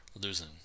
losing